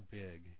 big